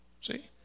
See